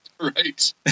Right